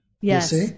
Yes